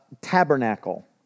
Tabernacle